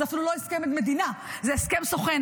זה אפילו לא הסכם עד מדינה, זה הסכם סוכן.